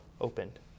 opened